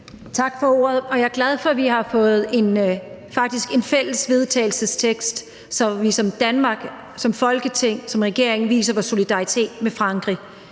Tak for ordet. Jeg er glad for, at vi faktisk har fået et fælles forslag til vedtagelse, så vi som Danmark, som Folketing, som regering viser vores solidaritet med Frankrig.